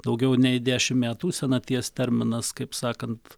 daugiau nei dešimt metų senaties terminas kaip sakant